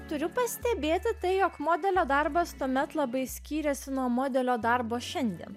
turiu pastebėti tai jog modelio darbas tuomet labai skyrėsi nuo modelio darbo šiandien